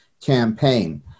campaign